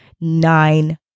nine